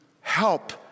help